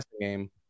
game